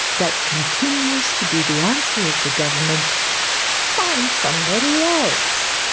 that continues to be the answer of the government find somebody else.